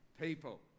people